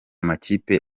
makipe